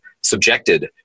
subjected